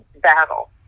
battle